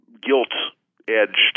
guilt-edged